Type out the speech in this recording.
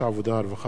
הרווחה והבריאות.